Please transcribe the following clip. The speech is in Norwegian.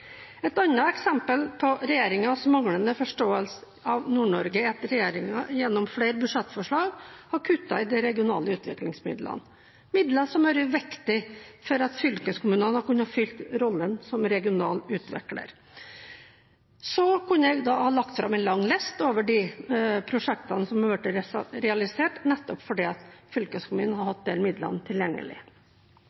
Et annet eksempel på regjeringens manglende forståelse av Nord-Norge er at regjeringen gjennom flere budsjettforslag har kuttet i de regionale utviklingsmidlene, midler som har vært viktige for at fylkeskommunene har kunnet fylle rollen som regional utvikler. Jeg kunne lagt fram en lang liste over prosjekter som har blitt realisert nettopp fordi fylkeskommunene har